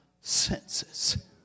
senses